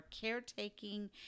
caretaking